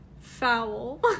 foul